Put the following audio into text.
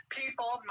people